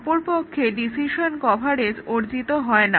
অপরপক্ষে decision coverage অর্জিত হয় না